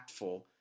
impactful